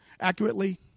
accurately